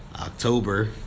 October